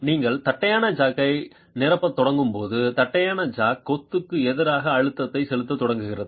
நீங்கள் தட்டையான ஜாக்கை நிரப்பத் தொடங்கும் போது தட்டையான ஜாக் கொத்து எதிராக அழுத்தத்தை செலுத்தத் தொடங்குகிறது